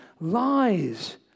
lies